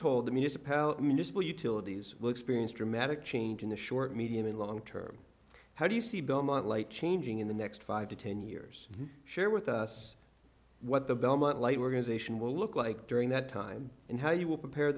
told the municipality municipal utilities will experience dramatic change in the short medium and long term how do you see belmont light changing in the next five to ten years share with us what the belmont lite organization will look like during that time and how you will prepare